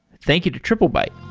thank you to triplebyte